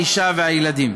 האישה והילדים.